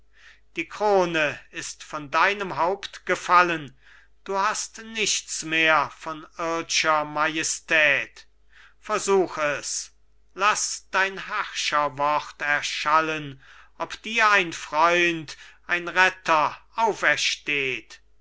die krone ist von deinem haupt gefallen du hast nichts mehr von ird'scher majestät versuch es laß dein herrscherwort erschallen ob dir ein freund ein retter aufersteht